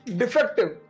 defective